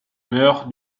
meurt